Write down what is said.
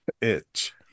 Itch